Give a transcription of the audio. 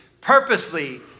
purposely